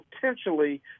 potentially